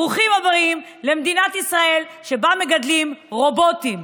ברוכים הבאים למדינת ישראל שבה מגדלים רובוטים,